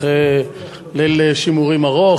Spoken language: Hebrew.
אחרי ליל שימורים ארוך.